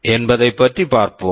என்பதை பற்றி பார்ப்போம்